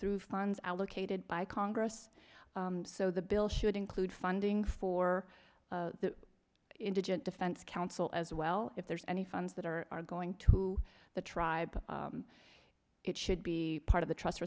through funds allocated by congress so the bill should include funding for the indigent defense counsel as well if there's any funds that are going to the tribe it should be part of the trust